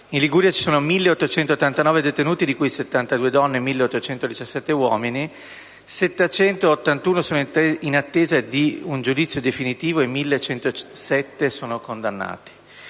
in Liguria ci sono 1.889 detenuti, di cui 72 donne e 1.817 uomini; 781 sono in attesa di un giudizio definitivo e 1.107 sono condannati.